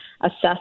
assess